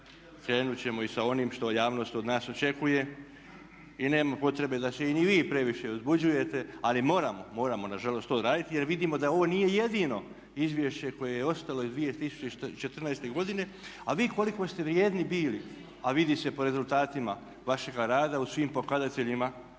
krenuti ćemo i sa onim što javnost od nas očekuje i nema potrebe da se ni vi previše uzbuđujete. Ali moramo, moramo nažalost to odraditi jer vidimo da ovo nije jedino izvješće koje je ostalo iz 2014. godine. A vi koliko ste vrijedni bili a vidi se po rezultatima vašega rada u svim pokazateljima